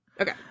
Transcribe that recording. okay